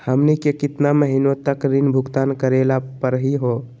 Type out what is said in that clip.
हमनी के केतना महीनों तक ऋण भुगतान करेला परही हो?